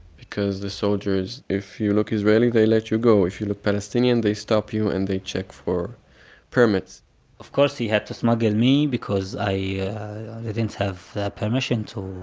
because the soldiers, if you look israeli, they let you go. if you look palestinian, they stop you and they check for permits of course he had to smuggle me because i didn't have permission to